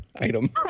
item